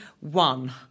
one